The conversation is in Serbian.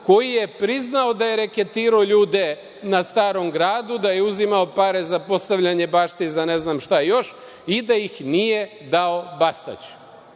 koji je priznao da je reketirao ljude na Starom gradu, da je uzimao pare za postavljanje bašti i za ne znam šta još i da ih nije dao Bastaću.